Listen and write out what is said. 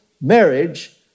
marriage